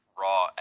raw